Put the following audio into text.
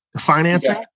financing